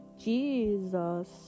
Jesus